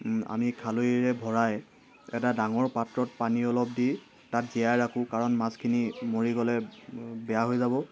আমি খালৈৰে ভৰাই এটা ডাঙৰ পাত্ৰত পানী অলপ দি তাত জীয়াই ৰাখোঁ কাৰণ মাছখিনি মৰি গ'লে বেয়া হৈ যাব